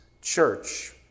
church